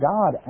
God